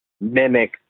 mimic